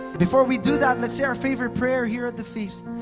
before we do that, let's say our favorite prayer here at the feast.